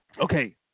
Okay